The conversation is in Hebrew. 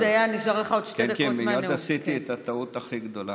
עוזי דיין, נשארו לך עוד שתי דקות מהנאום.